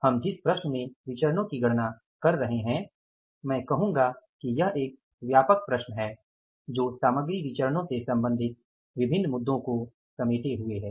हम जिस प्रश्न में विचरणो की गणना कर रहे हैं मैं कहूँगा कि यह एक व्यापक प्रश्न है जो सामग्री विचरणो से सम्बंधित विभिन्न मुद्दों को समेटे हुए है